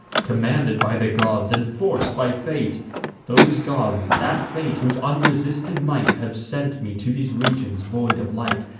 commanded by the gods, and forc'd by fate those gods, that fate, whose unresisted might have sent me to these regions void of light,